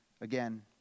again